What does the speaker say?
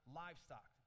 livestock